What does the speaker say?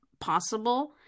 possible